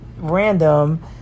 random